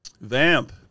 Vamp